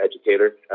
educator